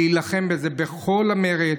להילחם בזה בכל המרץ,